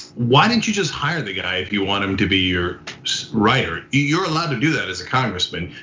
why didn't you just hire the guy if you want him to be your writer? you're allowed to do that as a congressman.